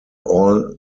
all